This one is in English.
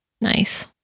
Nice